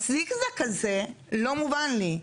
הזיג זג הזה לא מובן לי.